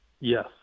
Yes